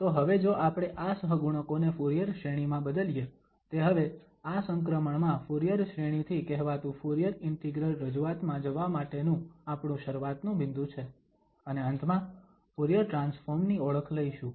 તો હવે જો આપણે આ સહગુણકોને ફુરીયર શ્રેણી માં બદલીએ તે હવે આ સંક્રમણમાં ફુરીયર શ્રેણી થી કહેવાતુ ફુરીયર ઇન્ટિગ્રલ રજૂઆત માં જવા માટેનું આપણું શરૂઆતનુ બિંદુ છે અને અંતમાં ફુરીયર ટ્રાન્સફોર્મ ની ઓળખ લઈશુ